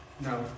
No